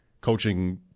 coaching